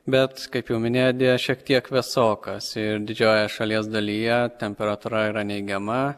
bet kaip jau minėjot deja šiek tiek vėsokas ir didžiojoje šalies dalyje temperatūra yra neigiama